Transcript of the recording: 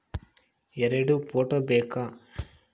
ಎರಡು ಫೋಟೋ ಬೇಕಾ?